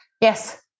Yes